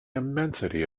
immensity